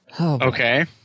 Okay